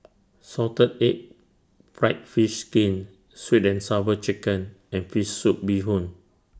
Salted Egg Fried Fish Skin Sweet and Sour Chicken and Fish Soup Bee Hoon